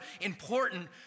important